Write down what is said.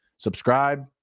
subscribe